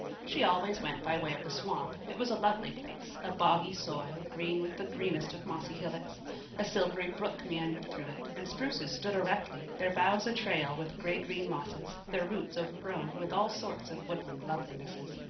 she always went by way of the swamp it was a lovely place a boggy soil, green with the greenest of mossy hillocks a silvery brook meandered through it and spruces stood erectly, their boughs a-trail with gray-green mosses, their roots overgrown with all sorts of woodland lovelinesses.